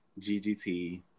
GGT